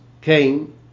came